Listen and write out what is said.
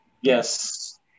Yes